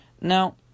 Now